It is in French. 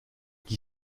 qui